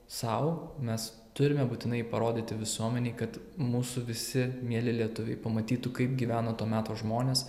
sau mes turime būtinai parodyti visuomenei kad mūsų visi mieli lietuviai pamatytų kaip gyveno to meto žmonės